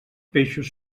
peixos